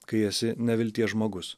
kai esi nevilties žmogus